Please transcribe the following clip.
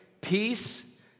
peace